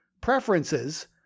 Preferences